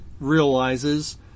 realizes